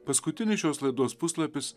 paskutinis šios laidos puslapis